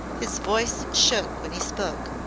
his voice shook when he spoke.